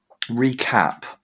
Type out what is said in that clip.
recap